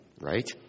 Right